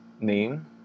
name